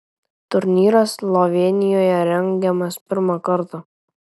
turnyras slovėnijoje rengiamas pirmą kartą